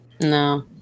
No